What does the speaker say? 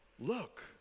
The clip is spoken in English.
look